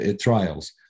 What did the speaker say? trials